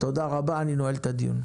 תודה רבה, אני נועל את הדיון.